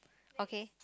okay